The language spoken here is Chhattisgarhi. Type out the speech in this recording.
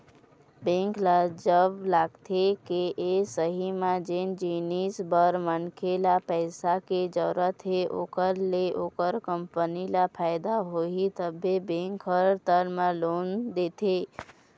बेंक ल जब लगथे के सही म जेन जिनिस बर मनखे ल पइसा के जरुरत हे ओखर ले ओखर कंपनी ल फायदा होही तभे बेंक ह टर्म लोन देथे